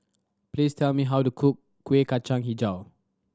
please tell me how to cook Kueh Kacang Hijau